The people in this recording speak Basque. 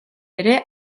ere